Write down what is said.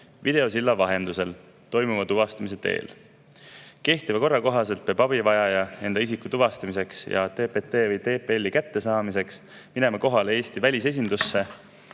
videosilla vahendusel toimuva tuvastamise teel. Kehtiva korra kohaselt peab abivajaja enda isiku tuvastamiseks ja TPT või TPL‑i kättesaamiseks minema kohale Eesti välisesindusse